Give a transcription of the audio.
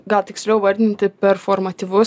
gal tiksliau vardinti performatyvus